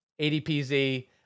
ADPZ